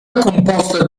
composta